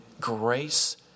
grace